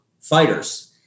fighters